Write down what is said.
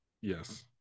yes